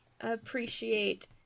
appreciate